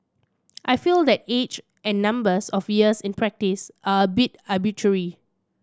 I feel that age and numbers of years in practice are a bit arbitrary